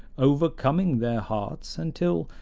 overcoming their hearts, until,